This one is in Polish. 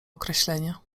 określenia